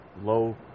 low